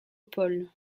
pol